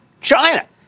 China